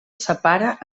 separa